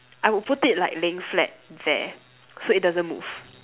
I would put it like laying flat there so it doesn't move